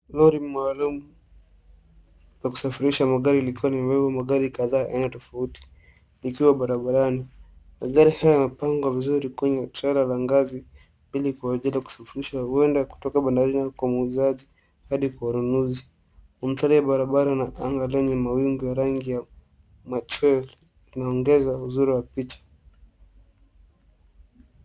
Lori maalum ya kusafirisha magari likiwa limepeba magari kataa aina tafauti ikiwa barabarani, magari haya yamepangwa vizuri kwenye trela ya ngazi ili kwa ajili ya kusafirishwa kutoka Kwa mwuzaji Hadi Kwa mnunusi Kwa ustadi wa barabara na anga ya mawingu ya rangi ya machweo unaongeza uzuri wa picha